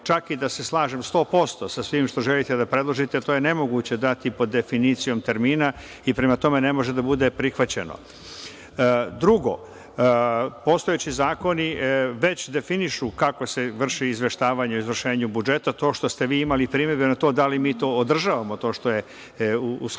čak i da se slažem 100% sa svim što želite da predložite, to je nemoguće dati pod definicijom termina i prema tome ne može da bude prihvaćeno. Drugo, postojeći zakoni već definišu kako se vrši izveštavanje o izvršenju budžeta. To što ste vi imali primedbe na to da li mi to održavamo to što je u sklopu